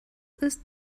ist